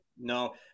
No